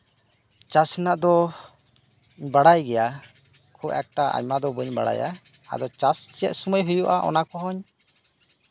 ᱪᱟᱥ ᱨᱮᱱᱟᱜ ᱫᱚ ᱵᱟᱲᱟᱭ ᱜᱮᱭᱟ ᱠᱷᱩᱵ ᱮᱠᱴᱟ ᱟᱭᱢᱟ ᱵᱟᱹᱧ ᱵᱟᱲᱟᱭᱟ ᱪᱟᱥ ᱪᱮᱫ ᱥᱚᱢᱚᱭ